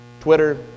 Twitter